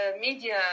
media